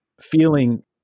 feeling